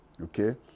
okay